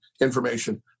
information